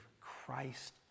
Christ